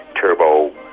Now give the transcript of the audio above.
turbo